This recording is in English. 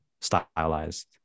stylized